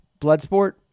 Bloodsport